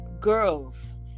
girls